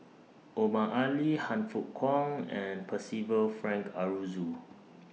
Omar Ali Han Fook Kwang and Percival Frank Aroozoo